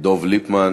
דב ליפמן